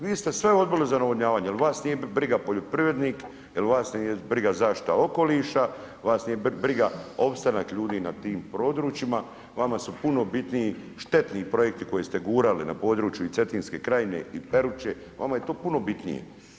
Vi ste sve odbili za navodnjavanje jer vas nije briga poljoprivrednik, jer vas nije briga zaštita okoliša, vas nije briga opstanak ljudi na tim područjima, vama su puno bitniji štetni projekti koje ste gurali na području i Cetinske krajine i Peruče, vama je to puno bitnije.